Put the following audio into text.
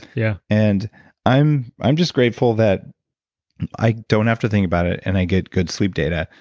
yeah and i'm i'm just grateful that i don't have to think about it and i get good sleep data,